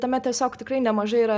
tame tiesiog tikrai nemažai yra